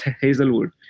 Hazelwood